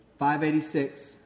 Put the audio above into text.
586